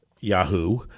Yahoo